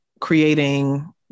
creating